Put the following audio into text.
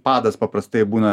padas paprastai būna